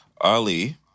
Ali